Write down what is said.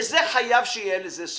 וחייב שיהיה לזה סוף.